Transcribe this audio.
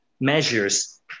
measures